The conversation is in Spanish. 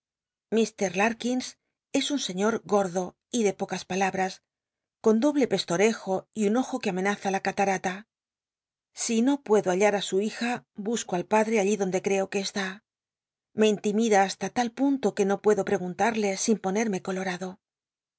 j kins es un sciíor gordo y de pocas palabtas con doble pestorejo y un ojo que amenaza la catarata si no puedo hallar i su hija busco al padre allí l'co que est í me intimida basta tal punto donde c puedo pregunt al'lc sin ponerme colorado